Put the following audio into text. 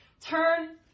turn